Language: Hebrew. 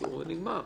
אסור ונגמר.